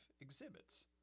exhibits